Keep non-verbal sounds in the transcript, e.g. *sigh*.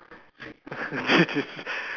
*laughs*